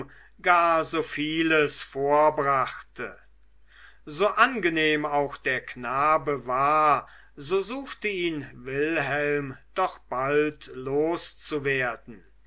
gar vieles vorbrachte so angenehm auch der knabe war so suchte ihn wilhelm doch bald loszuwerden